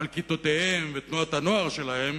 על כיתותיהם ותנועות הנוער שלהם,